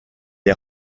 est